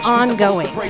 ongoing